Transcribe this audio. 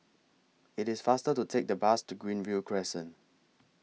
IT IS faster to Take The Bus to Greenview Crescent